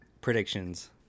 predictions